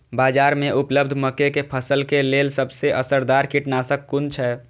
बाज़ार में उपलब्ध मके के फसल के लेल सबसे असरदार कीटनाशक कुन छै?